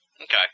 Okay